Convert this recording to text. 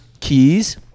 keys